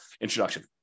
introduction